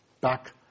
back